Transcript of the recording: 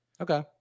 Okay